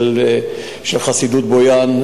של חסידות בויאן,